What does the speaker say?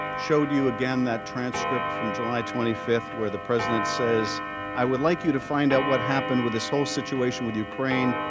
showed you again, that transcript from july twenty five, where the president says i would like you to find out what happened with the soul situating situation with ukraine.